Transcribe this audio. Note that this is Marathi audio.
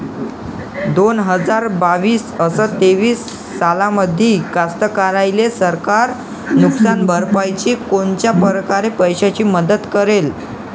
दोन हजार बावीस अस तेवीस सालामंदी कास्तकाराइले सरकार नुकसान भरपाईची कोनच्या परकारे पैशाची मदत करेन?